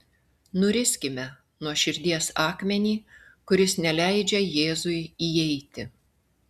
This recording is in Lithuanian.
nuriskime nuo širdies akmenį kuris neleidžia jėzui įeiti